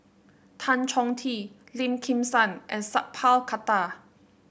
Tan Chong Tee Lim Kim San and Sat Pal Khattar